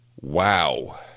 Wow